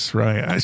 right